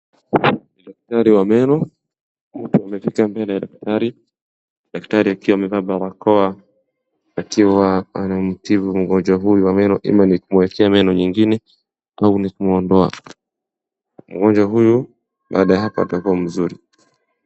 Ni daktari wa meno, mtu ameketi mbele ya daktari, daktari akiwa amevaa barakoa akiwa anamtibu mgonjwa huyu wa meno ama ni kumwekea meno nyingine au ni kumwondoa. Mgonjwa huyu baada ya hapa atakuwa mzuri.